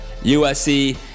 USC